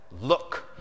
look